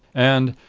and,